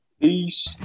Peace